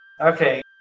Okay